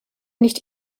nicht